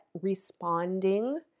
responding